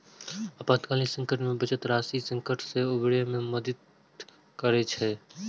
आपातकालीन संकट मे बचत राशि संकट सं उबरै मे मदति करै छै